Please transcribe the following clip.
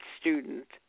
student